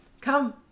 Come